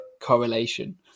correlation